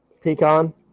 Pecan